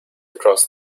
across